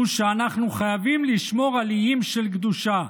הוא "אנחנו חייבים לשמור על איים של קדושה.